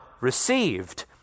received